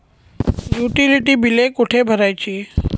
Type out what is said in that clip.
Utility बिले कुठे भरायची?